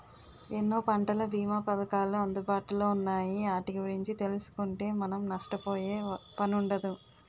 ఎన్నో పంటల బీమా పధకాలు అందుబాటులో ఉన్నాయి ఆటి గురించి తెలుసుకుంటే మనం నష్టపోయే పనుండదు